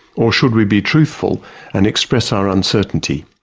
or should we be truthful and express our uncertainty?